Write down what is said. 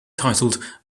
titled